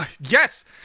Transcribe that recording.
yes